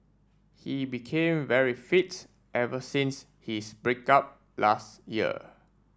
he became very fit ever since his break up last year